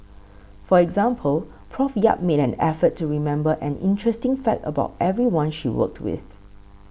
for example Prof Yap made an effort to remember an interesting fact about everyone she worked with